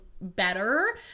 better